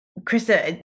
Krista